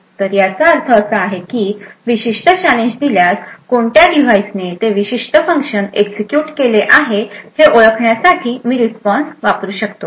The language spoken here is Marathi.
तर याचा अर्थ असा आहे की विशिष्ट चॅलेंज दिल्यास कोणत्या डिव्हाइसने ते विशिष्ट फंक्शन एक्झिक्युट केले आहे हे ओळखण्यासाठी मी रिस्पॉन्स वापरू शकतो